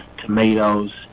tomatoes